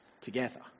together